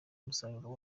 umusaruro